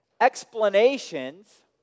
Explanations